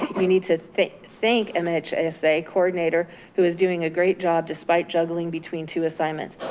you need to thank thank mhsa coordinator who is doing a great job despite juggling between two assignments.